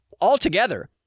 altogether